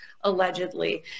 allegedly